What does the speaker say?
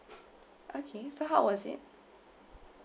okay so how was it